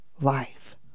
life